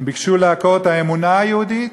הם ביקשו לעקור את האמונה היהודית